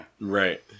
Right